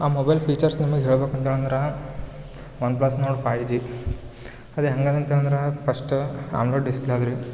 ಆ mobile features ನಿಮ್ಗೆ ಹೇಳ್ಬೇಕಂತೇಳಿ ಅಂದ್ರೆ one plus Nord five G ಅದು ಹೆಂಗದಂತೇಳಿ ಅಂದ್ರೆ ಫಸ್ಟ್ ಆಮೇಲೆ ಡಿಸ್ಪ್ಲೇ ಅದು ರೀ